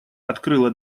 открыла